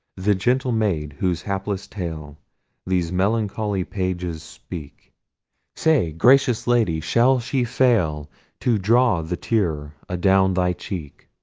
the gentle maid, whose hapless tale these melancholy pages speak say, gracious lady, shall she fail to draw the tear adown thy cheek?